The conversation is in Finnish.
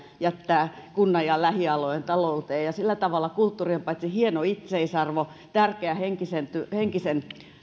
jättää kunnan ja lähialueen talouteen sillä tavalla paitsi hieno itseisarvo ja tärkeä henkisen henkisen